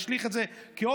השליך את זה כאמירה: